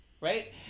right